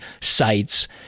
sites